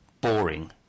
boring